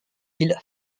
îles